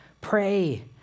pray